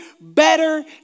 better